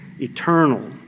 eternal